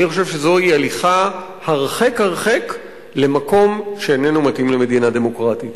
אני חושב שזו הליכה הרחק הרחק למקום שאיננו מתאים למדינה דמוקרטית.